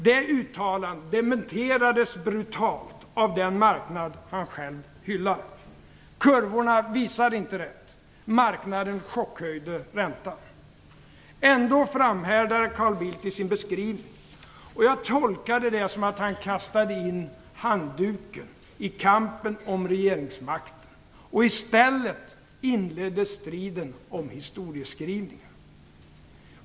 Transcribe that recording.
Det uttalandet dementerades brutalt av den marknad han själv hyllar. Kurvorna visar inte rätt. Marknaden chockhöjde räntan. Ändå framhärdar Cark Bildt i sin beskrivning. Jag tolkar det som att han kastade in handduken i kampen om regeringsmakten och i stället inledde striden om historieskrivningen.